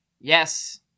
Yes